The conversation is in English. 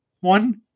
one